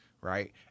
right